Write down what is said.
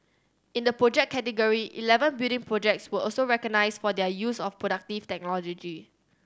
in the Project category eleven building projects were also recognised for their use of productive technology